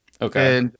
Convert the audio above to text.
Okay